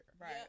Right